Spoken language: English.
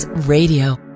Radio